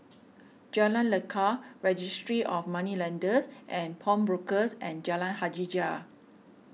Jalan Lekar Registry of Moneylenders and Pawnbrokers and Jalan Hajijah